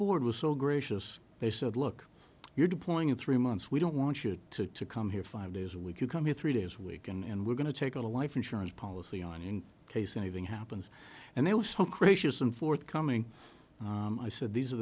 board was so gracious they said look you're deploying in three months we don't want you to come here five days a week you come here three days a week and we're going to take a life insurance policy on in case anything happens and there was some crazy isn't forthcoming i said these are